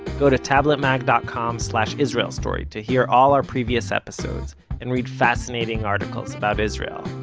go to tabletmag dot com slash israel story to hear all our previous episodes and read fascinating articles about israel.